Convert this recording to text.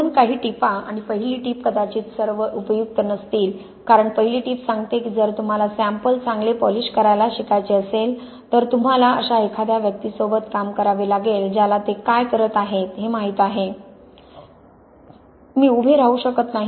म्हणून काही टिपा आणि पहिली टीप कदाचित सर्व उपयुक्त नसतील कारण पहिली टीप सांगते की जर तुम्हाला सॅम्पल चांगले पॉलिश करायला शिकायचे असेल तर तुम्हाला अशा एखाद्या व्यक्तीसोबत काम करावे लागेल ज्याला ते काय करत आहेत हे माहित आहे मी उभे राहू शकत नाही